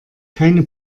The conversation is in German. keine